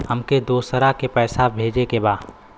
हमके दोसरा के पैसा भेजे के बा?